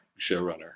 showrunner